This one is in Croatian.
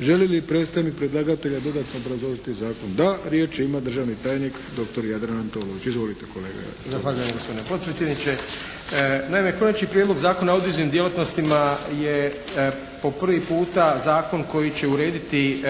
Želi li predstavnik predlagatelja dodatno obrazložiti zakon? Da. Riječ ima državni tajnik doktor Jadran Antolović. Izvolite. **Antolović, Jadran** Zahvaljujem gospodine potpredsjedniče. Naime, Konačni prijedlog Zakona o audiovizualnim djelatnostima je po prvi puta zakon koji će urediti